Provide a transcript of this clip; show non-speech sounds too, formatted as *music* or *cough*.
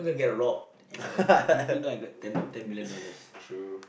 *laughs* true